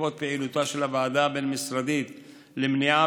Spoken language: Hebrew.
ובעקבות פעילותה של הוועדה הבין-משרדית למניעה